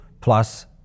plus